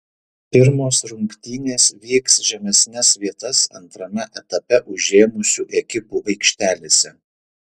pirmos rungtynės vyks žemesnes vietas antrame etape užėmusių ekipų aikštelėse